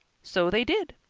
so they did.